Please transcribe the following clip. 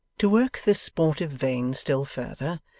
to work this sportive vein still further,